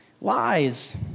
lies